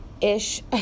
ish